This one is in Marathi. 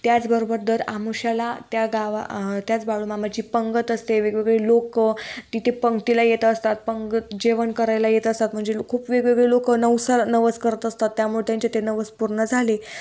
त्याचबरोबर दर आमुश्याला त्या गावात त्याच बाळुमामाची पंगत असते वेगवेगळे लोकं तिथे पंगतीला येत असतात पंगत जेवण करायला येत असतात म्हणजे लो खूप वेगवेगळे लोकं नवसाला नवस करत असतात त्यामुळे त्यांचे ते नवस पूर्ण झाले